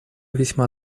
весьма